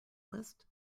list